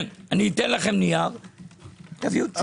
תביאו תשובה.